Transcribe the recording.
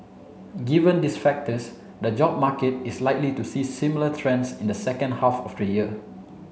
given these factors the job market is likely to see similar trends in the second half of the year